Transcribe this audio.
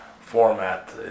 format